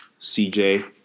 CJ